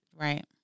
Right